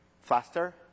faster